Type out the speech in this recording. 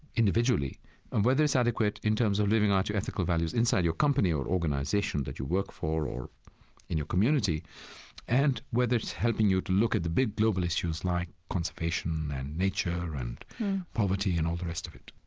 individually and whether it's adequate in terms of living ah out your ethical values inside your company or organization that you work for or in your community and whether it's helping you to look at the big global issues like conservation and nature and poverty and all the rest of it